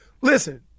Listen